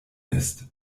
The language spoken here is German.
ist